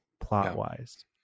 plot-wise